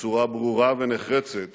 בצורה ברורה ונחרצת